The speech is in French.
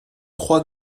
trois